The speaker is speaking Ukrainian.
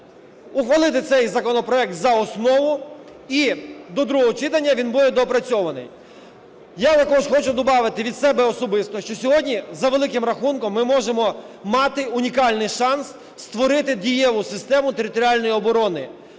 ухвалити цей законопроект за основу і до другого читання він буде доопрацьований. Я також хочу добавити від себе особисто, що сьогодні, за великим рахунком, ми можемо мати унікальний шанс створити дієву систему територіальної оборони.